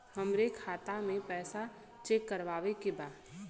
हमरे खाता मे पैसा चेक करवावे के बा?